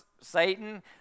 Satan